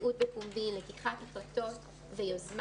התבטאות בפומבי, לקיחת החלטות ויוזמה